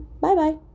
Bye-bye